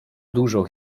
dużo